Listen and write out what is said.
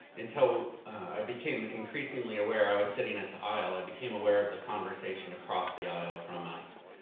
until um i became increasingly aware, i was sitting at the aisle, i became aware of the conversation across the aisle from us.